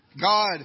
God